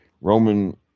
Roman